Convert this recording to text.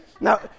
Now